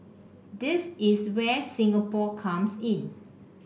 this is where Singapore comes in